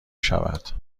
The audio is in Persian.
شود